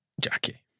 Jackie